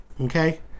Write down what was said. okay